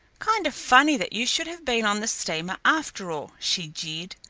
kind of funny that you should have been on the steamer, after all, she jeered.